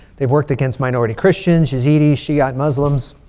they've worked against minority christians, yazidis, shiite muslims.